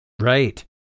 Right